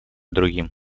другим